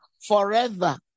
Forever